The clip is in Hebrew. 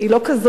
היא לא כזאת.